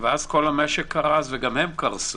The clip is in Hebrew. ואז כל המשק קרס וגם הם קרסו.